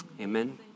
Amen